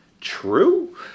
true